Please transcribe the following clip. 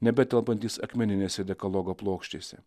nebetelpantys akmeninėse dekalogo plokštėse